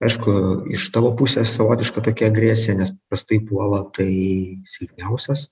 aišku iš tavo pusės savotiška tokia agresija nes paprastai puola tai silpniausias